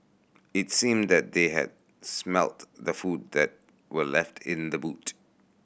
it seemed that they had smelt the food that were left in the boot